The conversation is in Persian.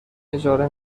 اجاره